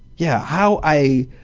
yeah how i